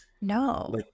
No